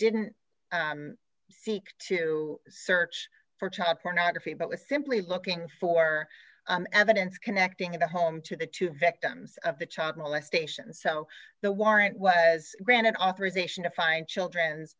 didn't seek to search for child pornography but was simply looking for evidence connecting the home to the two victims of the child molestation so the warrant was granted authorization to find children's